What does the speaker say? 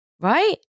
Right